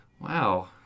Wow